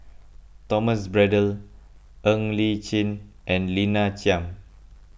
Thomas Braddell Ng Li Chin and Lina Chiam